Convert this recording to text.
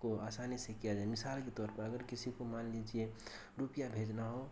کو آسانی سے کیا جانے مثال کے طور پر اگر کسی کو مان لیجیے روپیہ بھیجنا ہو